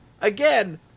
Again